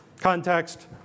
Context